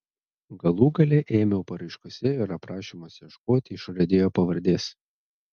galų gale ėmiau paraiškose ir aprašymuose ieškoti išradėjo pavardės